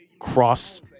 cross